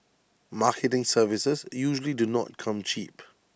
marketing services usually do not come cheap